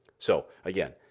so again,